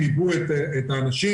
--- את האנשים,